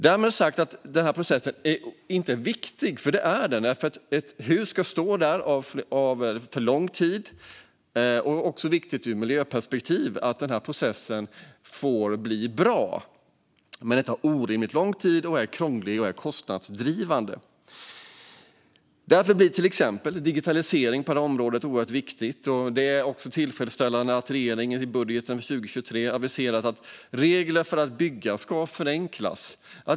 Därmed inte sagt att denna process inte är viktig. Det är den, för ett hus ska stå där en lång tid. Det är också viktigt ur ett miljöperspektiv att processen får bli bra. Men i dag tar den orimligt lång tid, och den är krånglig och kostnadsdrivande. Därför blir till exempel digitaliseringen på det här området oerhört viktig. Det är också tillfredsställande att regeringen i budgeten för 2023 har aviserat att regler för att bygga ska förenklas.